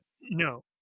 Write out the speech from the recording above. No